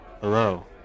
Hello